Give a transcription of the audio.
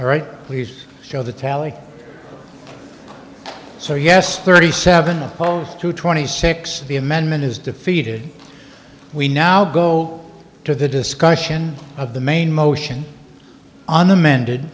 all right please show the tally so yes thirty seven opposed to twenty six the amendment is defeated we now go to the discussion of the maine motion an amended